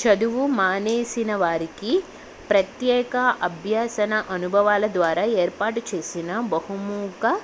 చదువు మానేసిన వారికి ప్రత్యేక అభ్యాసన అనుభవాల ద్వారా ఏర్పాటు చేసిన బహుముఖ